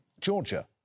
Georgia